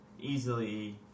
easily